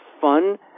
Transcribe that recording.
fun